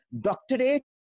doctorate